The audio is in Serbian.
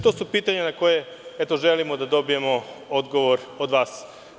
To su pitanja na koja želimo da dobijemo odgovor od vas.